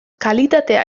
kalitatea